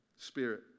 spirit